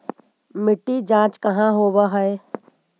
मिट्टी जाँच कहाँ होव है?